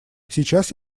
сейчас